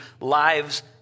lives